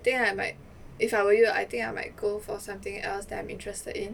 think I might if I were you I think I might go for something else that I'm interested in